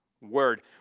word